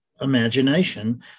imagination